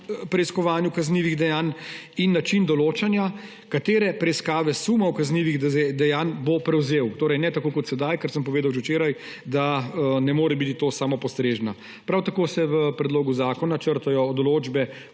preiskovanju kaznivih dejanj in način določanja, katere preiskave sumov kaznivih dejanj bo prevzel. Ne tako kot sedaj, kar sem povedal že včeraj, da ne more biti to samopostrežna. Prav tako se v predlogu zakona črtajo določbe